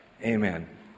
Amen